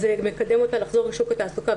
זה מקדם אותה לחזור לשוק התעסוקה,